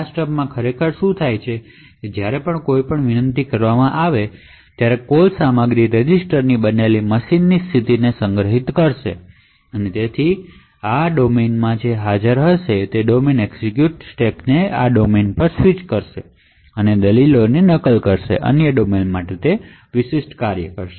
આ સ્ટબમાં શું થાય છે તે છે કે જ્યારે પણ કોઈ કોલ કરવામાં આવે ત્યારે કોલ કનટેન્ટ રજિસ્ટરની બનેલી મશીનની સ્થિતિને સંગ્રહિત કરશે અને આ ખાસ ફોલ્ટ ડોમેનમાં જે હાજર છે અને તે આ ડોમેનથી એક્ઝેક્યુશન સ્ટેકને આ ડોમેન પર સ્વિચ કરશે અને આરગ્યુંમેનટની તે ફંકશનથી અન્ય ડોમેન માટે નકલ કરશે